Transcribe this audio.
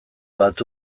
bat